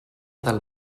del